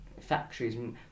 factories